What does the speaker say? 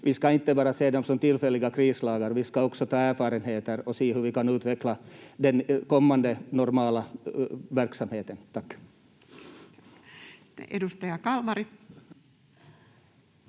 Vi ska inte bara se dem som tillfälliga krislagar, vi ska också ta erfarenheter och se hur vi kan utveckla den kommande normala verksamheten. — Tack. [Speech 27]